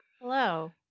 Hello